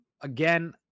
again